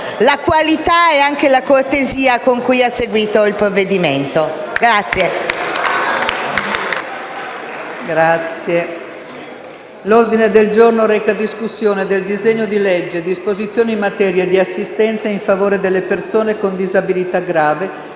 la qualità e anche la cortesia con cui ha seguito il provvedimento